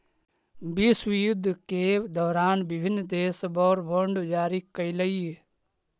विश्वयुद्ध के दौरान विभिन्न देश वॉर बॉन्ड जारी कैलइ